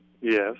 Yes